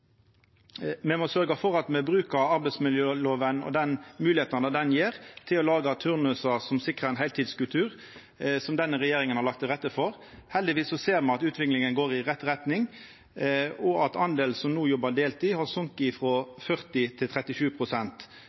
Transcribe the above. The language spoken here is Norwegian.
Me må sørgja for at me brukar arbeidsmiljøloven og moglegheitene han gjev, til å laga turnusar som sikrar ein heiltidskultur, slik denne regjeringa har lagt til rette for. Heldigvis ser me at utviklinga går i rett retning, og at delen som no jobbar deltid, har sokke frå 40 pst. til